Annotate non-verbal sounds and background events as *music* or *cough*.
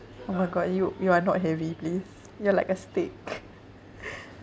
oh my god you you are not heavy please you're like a stick *laughs*